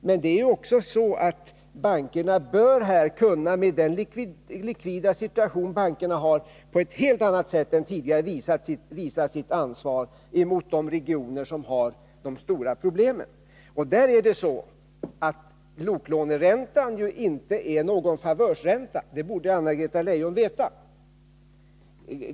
Men det är också så att bankerna, med den likviditetssituation som bankerna har, på ett helt annat sätt än tidigare bör kunna visa sitt ansvar gentemot de regioner som har de största problemen. Men lokaliseringslåneräntan är inte någon favörsränta. Det borde Anna-Greta Leijon veta.